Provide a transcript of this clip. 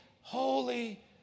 holy